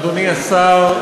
אדוני השר,